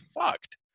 fucked